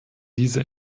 diese